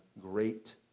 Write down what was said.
great